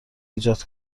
ایجاد